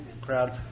crowd